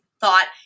thought